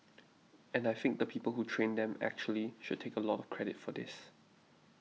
and I think the people who trained them actually should take a lot of credit for this